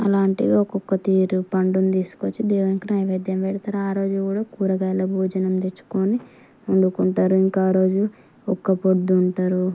అలాంటివి ఒక్కొక్క తీరు పండుని తీసుకొచ్చి దేవునికి నైవేద్యం పెడతారు ఆ రోజు కూడా కూరగాయల భోజనం తెచ్చుకొని వండుకుంటారు ఇంకా ఆ రోజు ఒక్కపొద్దు ఉంటారు